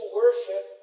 worship